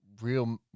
real